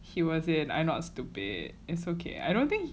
he was in I not stupid it's okay I don't think